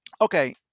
okay